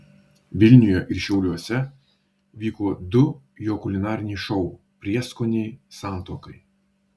vilniuje ir šiauliuose vyko du jo kulinariniai šou prieskoniai santuokai